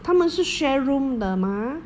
他们是 share room 的 mah